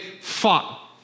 fought